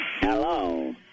hello